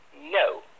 no